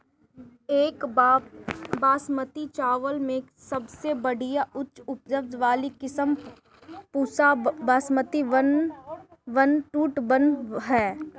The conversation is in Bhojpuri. एक बासमती चावल में सबसे बढ़िया उच्च उपज वाली किस्म Pusa Basmati one one two one ह?